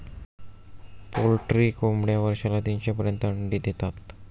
poultry कोंबड्या वर्षाला तीनशे पर्यंत अंडी देतात